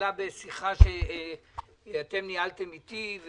נהריה עלתה בשיחה שאתם ניהלתם איתי,